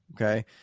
okay